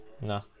No